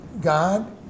God